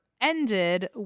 ended